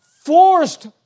forced